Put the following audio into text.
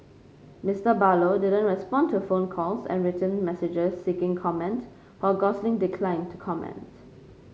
Mister Barlow didn't respond to phone calls and written messages seeking comment while Gosling declined to comment